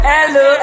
Hello